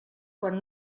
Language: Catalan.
quan